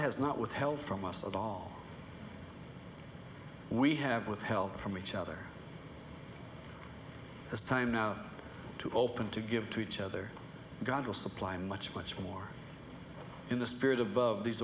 has not withheld from us all we have with help from each other as time now to open to give to each other god will supply much much more in the spirit above these